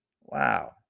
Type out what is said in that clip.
Wow